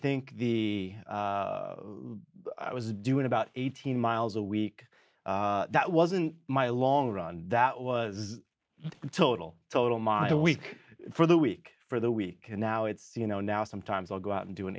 think the i was doing about eighteen miles a week that wasn't my long run that was the total total my week for the week for the week and now it's you know now sometimes i'll go out and do an